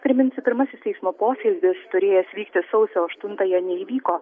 priminsiu pirmasis teismo posėdis turėjęs vykti sausio aštuntąją neįvyko